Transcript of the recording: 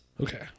Okay